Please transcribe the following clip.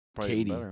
Katie